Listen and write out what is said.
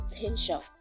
potential